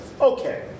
Okay